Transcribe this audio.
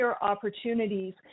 opportunities